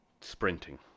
sprinting